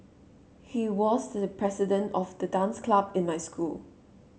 he was the president of the dance club in my school